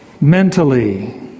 mentally